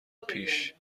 پیش